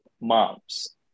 moms